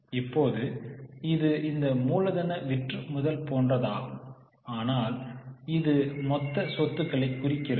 இப்போது இது இந்த மூலதன விற்றுமுதல் போன்றதாகும் ஆனால் இது மொத்த சொத்துக்களை குறிக்கிறது